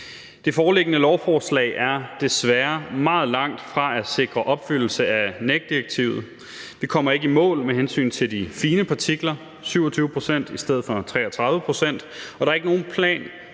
Det foreliggende lovforslag er desværre meget langt fra at sikre opfyldelse af NEC-direktivet. Det kommer ikke i mål med hensyn til de fine partikler, 27 pct. i stedet for 33 pct., og der er ikke nogen plan